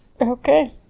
Okay